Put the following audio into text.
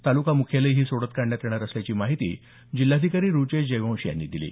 तालुका मुख्यालयी ही सोडत काढण्यात येणार असल्याची माहिती जिल्हाधिकारी रुचेश जयवंशी यांनी दिली